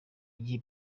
gihe